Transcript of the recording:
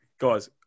Guys